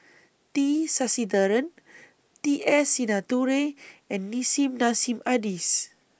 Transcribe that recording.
T Sasitharan T S Sinnathuray and Nissim Nassim Adis